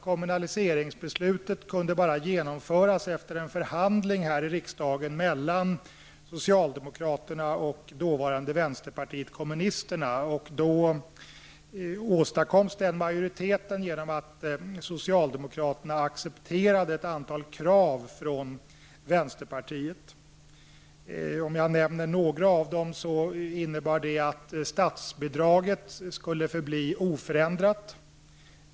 Kommunaliseringsbeslutet kunde bara genomföras efter en förhandling i riksdagen mellan socialdemokraterna och dåvarande vänsterpartiet kommunisterna. En majoritet skapades genom att socialdemokraterna accepterade ett antal krav från vänsterpartiet. Det innebar bl.a. att statsbidraget skulle förbli oförändrat.